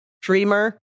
Dreamer